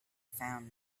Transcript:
found